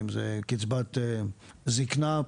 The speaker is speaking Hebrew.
קצבת זקנה,